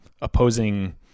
opposing